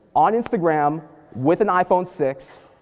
on instagram, with an iphone six,